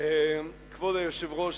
כבוד היושב-ראש,